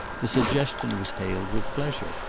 the suggestion was hailed with pleasure,